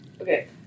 Okay